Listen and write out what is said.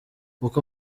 uko